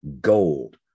gold